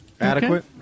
Adequate